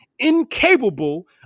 incapable